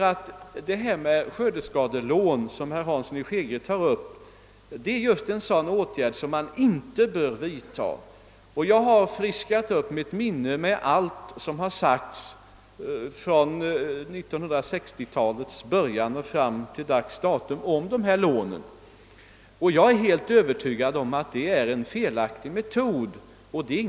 Att bevilja skördeskadelån, som herr Hansson i Skegrie har föreslagit, är just en sådan åtgärd som man inte bör vidta. Jag har friskat upp mitt minne med allt vad som har sagts om dessa lån från 1960-talets början till dags dato, och jag är helt övertygad om att detta är en felaktig metod.